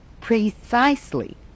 precisely